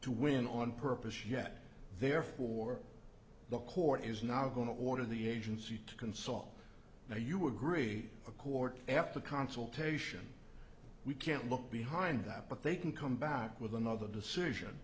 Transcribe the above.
to win on purpose yet therefore the court is not going to order the agency to consult how you agree a court after consultation we can't look behind that but they can come back with another decision